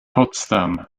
potsdam